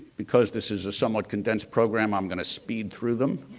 because this is a somewhat condensed program i'm going to speed through them.